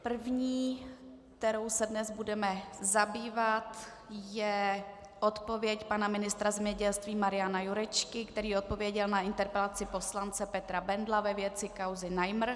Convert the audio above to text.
První, kterou se dnes budeme zabývat, je odpověď pana ministra zemědělství Mariana Jurečky, který odpověděl na interpelaci poslance Petra Bendla ve věci kauzy Najmr.